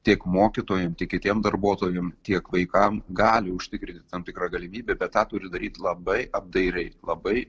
tiek mokytojam tiek kitiem darbuotojam tiek vaikam gali užtikrinti tam tikrą galimybę bet tą turi daryti labai apdairiai labai